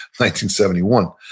1971